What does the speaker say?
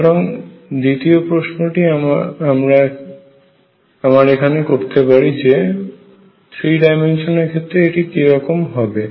সুতরাং দ্বিতীয় প্রশ্নটি আমার এখানে করতে পারি যে থ্রি ডাইমেনশন এর ক্ষেত্রে এটি কি রকম হবে